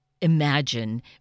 imagine